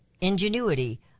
ingenuity